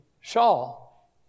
shawl